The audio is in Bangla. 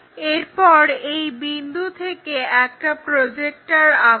এরপর এই বিন্দু থেকে একটা প্রজেক্টর আঁকো